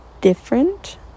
different